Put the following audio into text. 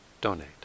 donate